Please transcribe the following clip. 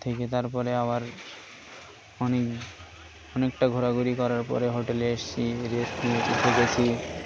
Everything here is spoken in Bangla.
থেকে তারপরে আবার অনেক অনেকটা ঘোরাঘুরি করার পরে হোটেলে এসছি রেস্টুরেন্টে গেছি